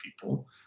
people